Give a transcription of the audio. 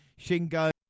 Shingo